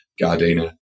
gardena